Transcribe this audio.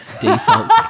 default